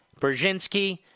Brzezinski